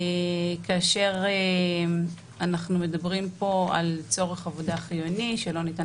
כאשר אנחנו מדברים פה על צורך עבודה חיוני שלא ניתן